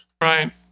Right